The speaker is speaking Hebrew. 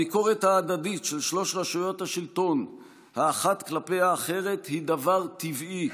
הביקורת ההדדית של שלוש רשויות השלטון האחת כלפי האחרת היא דבר טבעי.